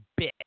bitch